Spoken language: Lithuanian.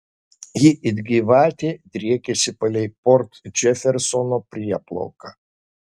ji it gyvatė driekiasi palei port džefersono prieplauką